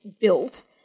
built